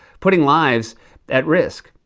putting lives at risk.